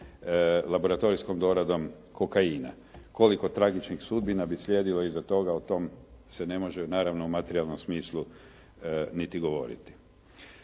laboratorijskom doradom kokaina. Koliko tragičnih sudbina bi slijedilo iza toga o tome se ne može naravno u materijalnom smislu niti govoriti.